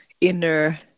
inner